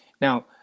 Now